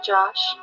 Josh